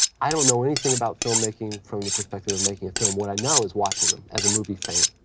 i don't know anything about filmmaking from the perspective of making a film. what i know is watching them, as a movie fan.